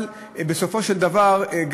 אבל בסופו של דבר,